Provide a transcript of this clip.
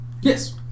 yes